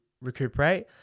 recuperate